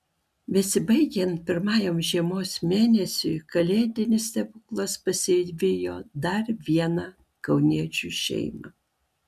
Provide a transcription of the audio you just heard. besibaigiant pirmajam žiemos mėnesiui kalėdinis stebuklas pasivijo dar vieną kauniečių šeimą